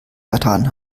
vertan